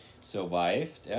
survived